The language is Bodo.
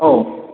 औ